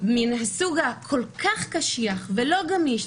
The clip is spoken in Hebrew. מסוג כל כך קשיח ולא גמיש,